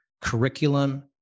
curriculum